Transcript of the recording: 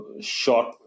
short